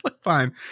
Fine